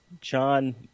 John